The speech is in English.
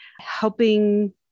helping